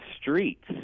streets